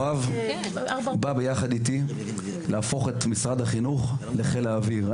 יואב בא ביחד איתי להפוך את משרד החינוך לחיל האוויר.